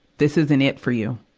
this isn't it for you.